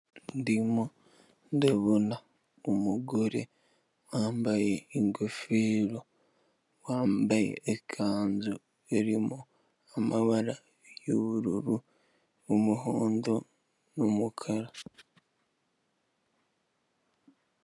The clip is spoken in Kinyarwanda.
Ndimo ndabona umugore wambaye ingofero, wambaye ikanzu irimo amabara y'ubururu n'umuhondo n'umukara.